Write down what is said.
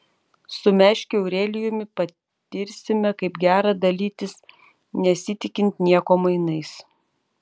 su meškiu aurelijumi patirsime kaip gera dalytis nesitikint nieko mainais